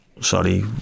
sorry